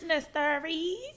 Stories